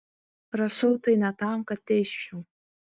rašau tai ne tam kad teisčiau